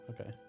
Okay